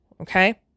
Okay